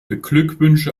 beglückwünsche